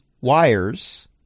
wires